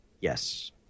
Yes